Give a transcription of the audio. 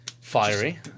Fiery